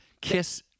Kiss